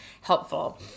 helpful